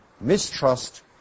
mistrust